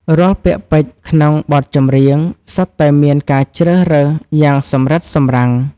រាល់ពាក្យពេចន៍ក្នុងបទចម្រៀង សុទ្ធតែមានការជ្រើសរើសយ៉ាងសម្រិតសម្រាំង។